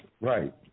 right